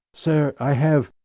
sir, i have.